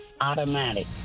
automatic